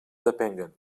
depenguen